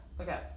Okay